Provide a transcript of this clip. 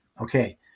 okay